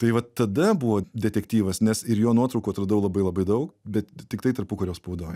tai vat tada buvo detektyvas nes ir jo nuotraukų atradau labai labai daug bet tiktai tarpukario spaudoj